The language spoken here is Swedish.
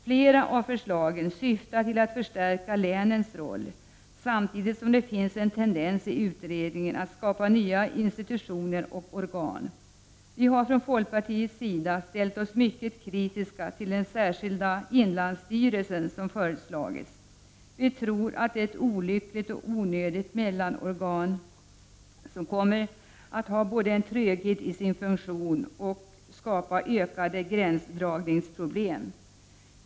Flera av förslagen syftar till att förstärka länens roll samtidigt som det finns en tendens i utredningen att skapa nya institutioner och organ. Vi har från folkpartiets sida ställt oss mycket kritiska till den särskilda inlandsstyrelse som har föreslagits. Vi tror att det är ett olyckligt och onödigt mellanorgan, som kommer att vara både trögt i sin funktion och skapa ökade gränsdragningsproblem.